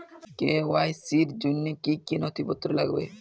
KYC র জন্য কি কি নথিপত্র লাগবে?